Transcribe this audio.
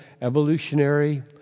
evolutionary